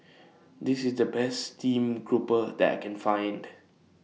This IS The Best Stream Grouper that I Can Find